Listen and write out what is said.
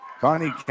Connie